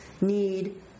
need